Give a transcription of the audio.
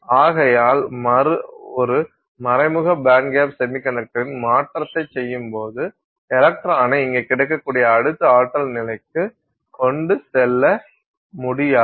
ஆகையால் ஒரு மறைமுக பேண்ட்கேப் செமிகண்டக்டரில் மாற்றத்தைச் செய்யும்போது எலக்ட்ரானை இங்கே கிடைக்கக்கூடிய அடுத்த ஆற்றல் நிலைக்கு கொண்டு செல்ல முடியாது